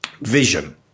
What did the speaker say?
Vision